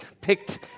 picked